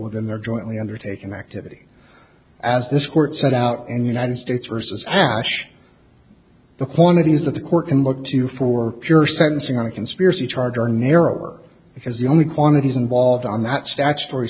within their jointly undertaken activity as this court set out and united states versus ash the quantity is that the court can look to you for your sentencing on a conspiracy charge or narrower because the only quantities involved on that statutory